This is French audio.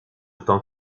autant